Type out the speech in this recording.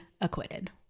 acquitted